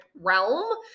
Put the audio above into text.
realm